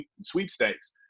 sweepstakes